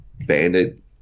Bandit